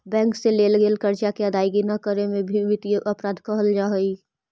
bank से लेल गेल कर्जा के अदायगी न करे में भी वित्तीय अपराध कहल जा हई